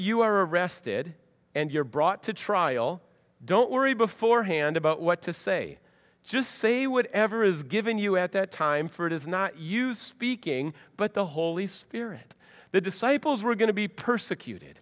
you are arrested and you're brought to trial don't worry beforehand about what to say just say whatever is given you at that time for it is not used speaking but the holy spirit the disciples were going to be persecuted